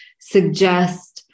suggest